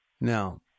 Now